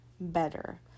better